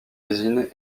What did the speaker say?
usine